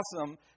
awesome